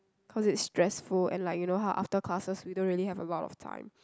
cause it's stressful and like you know how after classes we don't really have a lot of time